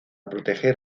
proteger